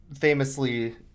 famously